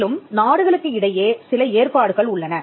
மேலும் நாடுகளுக்கு இடையே சில ஏற்பாடுகள் உள்ளன